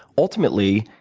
ultimately,